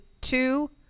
two